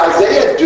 Isaiah